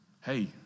hey